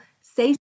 Say